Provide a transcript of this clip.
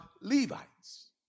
Levites